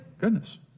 goodness